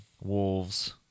wolves